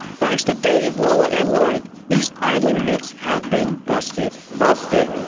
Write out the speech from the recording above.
thanks to dave, lola and lloyd these idling myths have been busted! busted!